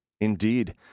Indeed